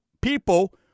people